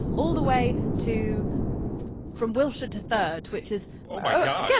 all the way to from wilshire to third, which is oh, yeah